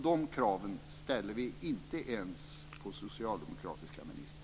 De kraven ställer vi inte ens på socialdemokratiska ministrar.